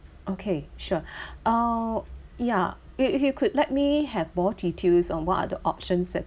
okay sure uh ya if if you could let me have more details on what are the options that's